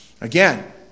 Again